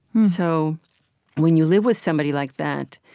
so when you live with somebody like that,